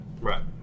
Right